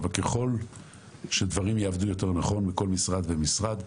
אבל ככל שדברים יעבדו יותר נכון בכל משרד ומשרד,